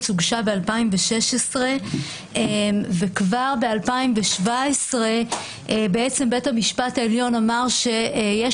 הוגשה ב-2016 וכבר ב-2017 בית המשפט העליון אמר שיש